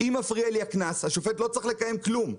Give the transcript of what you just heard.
אם מפריע לי הקנס, השופט לא צריך לקיים כלום.